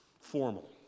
formal